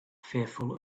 fearful